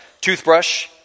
toothbrush